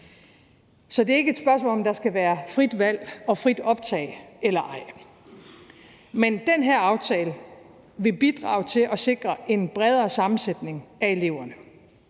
Så det er ikke et spørgsmål om, om der skal være frit valg og frit optag eller ej. Men den her aftale vil bidrage til at sikre en bredere sammensætning af eleverne,